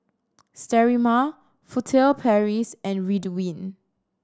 Sterimar Furtere Paris and Ridwind